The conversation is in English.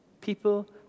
people